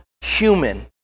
human